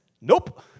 nope